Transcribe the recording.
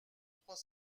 trois